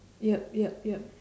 yup yup yup